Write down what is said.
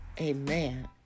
amen